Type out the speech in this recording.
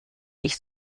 ich